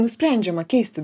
nusprendžiama keisti